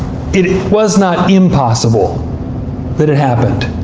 it it was not impossible that it happened,